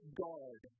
guard